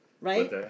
Right